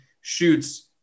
shoots